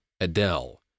Adele